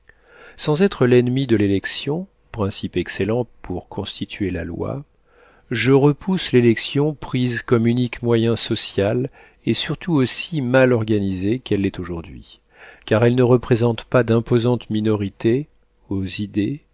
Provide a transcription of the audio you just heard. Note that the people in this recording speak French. sans être l'ennemi de l'élection principe excellent pour constituer la loi je repousse l'élection prise comme unique moyen social et surtout aussi mal organisée qu'elle l'est aujourd'hui car elle ne représente pas d'imposantes minorités aux idées